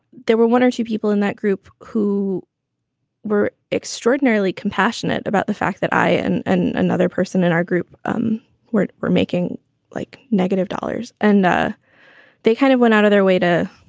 there were one or two people in that group who were extraordinarily compassionate about the fact that i and and another person in our group um where we're making like negative dollars and they kind of went out of their way to